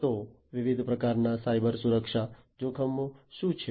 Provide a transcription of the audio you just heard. તો વિવિધ પ્રકારના સાયબર સુરક્ષા જોખમો શું છે